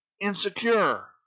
insecure